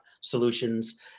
solutions